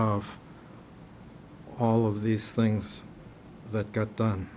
of all of these things that got done